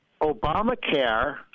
Obamacare